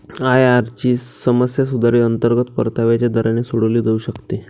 IRR ची समस्या सुधारित अंतर्गत परताव्याच्या दराने सोडवली जाऊ शकते